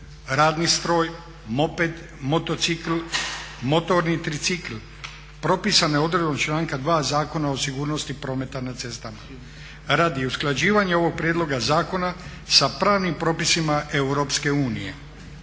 radni stroj, moped, motocikl, motorni tricikl, propisane odredbom članka 2. Zakona o sigurnosti prometa na cestama radi usklađivanja ovog prijedloga zakona sa pravnim propisima EU. Naime,